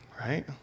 right